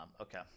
Okay